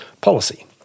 policy